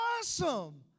awesome